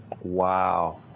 Wow